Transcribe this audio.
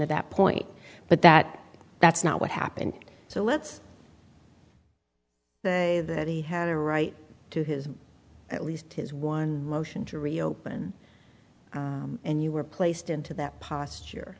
of that point but that that's not what happened so let's say that he had a right to his at least his one motion to reopen and you were placed into that posture